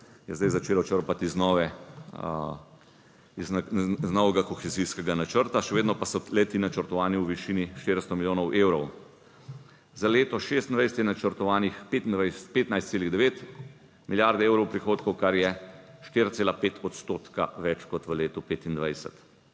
je zdaj začelo črpati iz novega kohezijskega načrta, še vedno pa so le ti načrtovani v višini 400 milijonov evrov. Za leto 2026 je načrtovanih 15,9 milijarde evrov prihodkov, kar je 4,5 odstotka več kot v letu 2025.